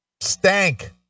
Stank